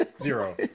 zero